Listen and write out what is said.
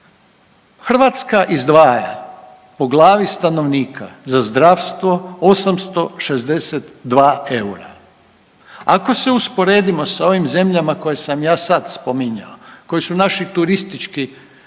Hrvatska izdvaja po glavi stanovnika za zdravstvo 862 eura, ako se usporedimo sa ovim zemljama koje sam ja sad spominjao koji su naši turistički